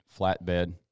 flatbed